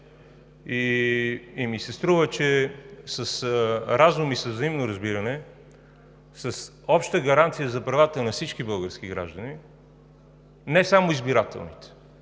и ми се струва, че с разум и взаимно разбиране, с обща гаранция за правата на всички български граждани – не само избирателните,